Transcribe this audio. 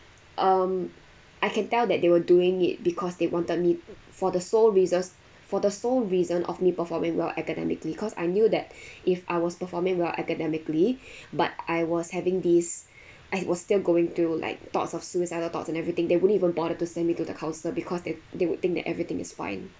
um I can tell that they were doing it because they wanted me for the sole reasons~ for the sole reason of me performing well academically cause I knew that if I was performing well academically but I was having this I was still going through like thoughts of suicidal thoughts and everything they wouldn't even bother to send me to the counsellor because they they would think that everything is fine